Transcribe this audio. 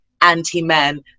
anti-men